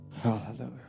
Hallelujah